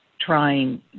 trying